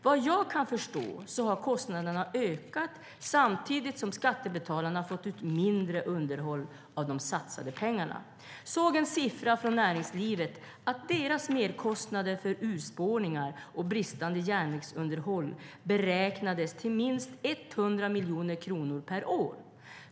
Vad jag kan förstå har kostnaderna ökat samtidigt som skattebetalarna fått mindre underhåll för de satsade pengarna. Jag såg en siffra från näringslivet; deras merkostnader för urspårningar och bristande järnvägsunderhåll beräknades till minst 100 miljoner kronor per år!